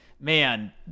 man